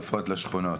לשכונות.